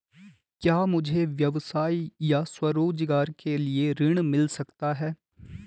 क्या मुझे व्यवसाय या स्वरोज़गार के लिए ऋण मिल सकता है?